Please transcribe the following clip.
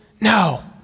No